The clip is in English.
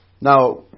Now